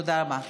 תודה רבה.